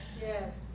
yes